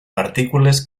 partícules